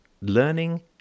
learning